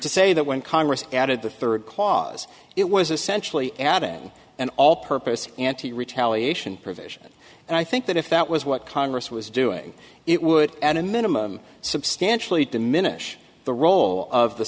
to say that when congress added the third clause it was essentially adding an all purpose anti retaliation provision and i think that if that was what congress was doing it would at a minimum substantially diminish the role of the